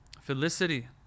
felicity